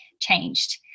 changed